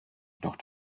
jedoch